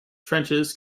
trenches